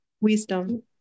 Wisdom